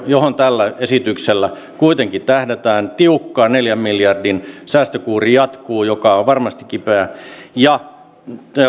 johon tällä esityksellä kuitenkin tähdätään tiukka neljän miljardin säästökuuri jatkuu joka on varmasti kipeä ja